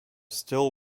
still